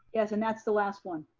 yes, and that's the last one.